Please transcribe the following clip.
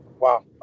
Wow